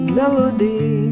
melody